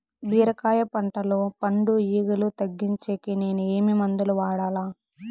బీరకాయ పంటల్లో పండు ఈగలు తగ్గించేకి నేను ఏమి మందులు వాడాలా?